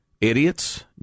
idiots